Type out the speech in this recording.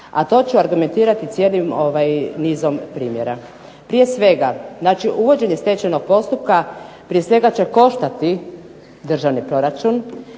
a to ću argumentirati cijelim nizom primjera. Prije svega, znači uvođenje stečajnog postupka prije svega će koštati državni proračun.